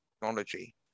technology